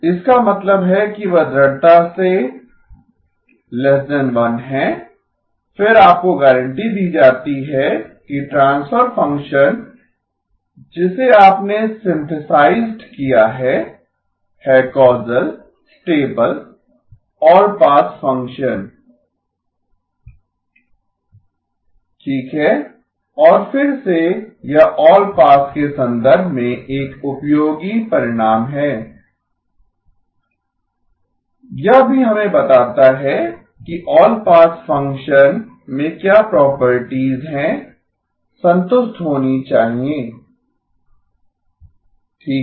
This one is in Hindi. इसका मतलब है कि वे दृढ़ता से 1 हैं फिर आपको गारंटी दी जाती है कि ट्रांसफ़र फ़ंक्शन जिसे आपने सिंथेसाइज्ड किया है है causal stable allpass function causal stable allpass function ठीक है और फिर से यह ऑलपास के संदर्भ में एक उपयोगी परिणाम है यह भी हमें बताता है कि ऑलपास फंक्शन में क्या प्रॉपर्टीज़ हैं संतुष्ट होनी चाहिए ठीक है